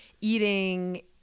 eating